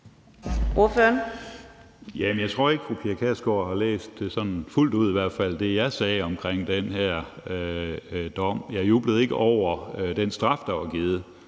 Jeg tror ikke, fru Pia Kjærsgaard har læst det, jeg sagde omkring den her dom, fuldt ud. Jeg jublede ikke over den straf, der var givet,